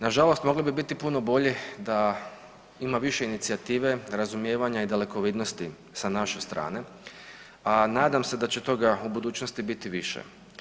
Nažalost mogli bi biti i puno bolji da ima više inicijative, razumijevanja i dalekovidnosti sa naše strane, a nadam se da će toga u budućnosti biti više.